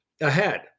ahead